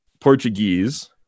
Portuguese